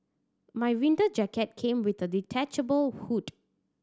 my winter jacket came with a detachable hood